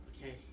okay